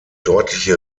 deutliche